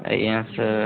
ଆଜ୍ଞା ସାର୍